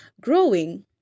growing